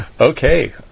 Okay